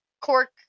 cork